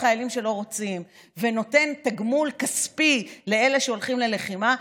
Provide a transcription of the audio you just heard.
החיילים שלא רוצים ונותן תגמול כספי לאלה שהולכים ללחימה,